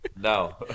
No